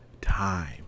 time